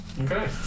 Okay